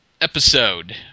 episode